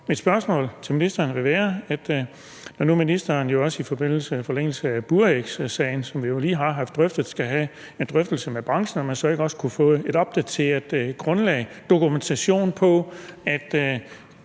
Mit spørgsmål til ministeren kommer her. Når nu ministeren jo også i forlængelse af burægsagen, som vi lige har drøftet, skal have en drøftelse med branchen, kunne man så ikke også få et opdateret grundlag og dokumentation for, at